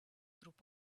group